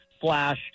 flash